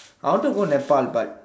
I want to go Nepal but